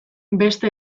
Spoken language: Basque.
beste